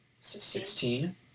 Sixteen